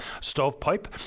Stovepipe